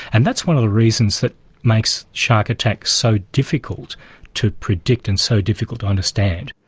and that's one of the reasons that makes shark attacks so difficult to predict and so difficult to understand.